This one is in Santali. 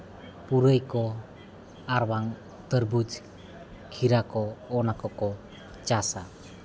ᱯᱩᱨᱟᱹᱭ ᱠᱚ ᱟᱨᱵᱟᱝ ᱛᱚᱨᱵᱩᱡᱽ ᱠᱷᱤᱨᱟ ᱚᱱᱟ ᱠᱚᱠᱚ ᱪᱟᱥᱟ